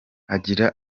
agira